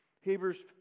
Hebrews